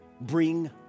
bring